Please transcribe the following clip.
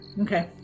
Okay